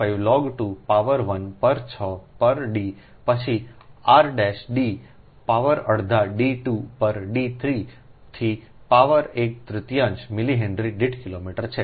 4605 log 2 power 1 પર 6 પર D પછી આર ડી પાવર અડધા D 2 પર D 3 થી પાવર એક તૃતીયાંશ મિલિહેનરી દીઠ કિલોમીટર છે